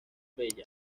bella